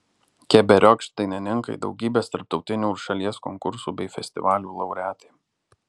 keberiokšt dainininkai daugybės tarptautinių ir šalies konkursų bei festivalių laureatai